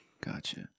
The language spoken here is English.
gotcha